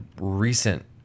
recent